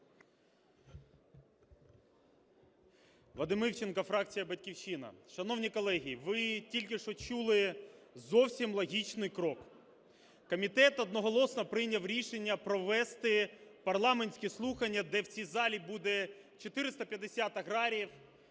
Вадим Івченко, фракція "Батьківщина". Шановні колеги, ви тільки що чули зовсім логічний крок: комітет одноголосно прийняв рішення провести парламентські слухання, де в цій залі буде 450 аграріїв,